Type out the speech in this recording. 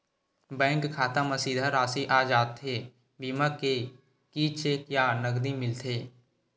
Bank खाता मा सीधा राशि आ जाथे बीमा के कि चेक या नकदी मिलथे?